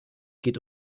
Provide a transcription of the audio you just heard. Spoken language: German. geht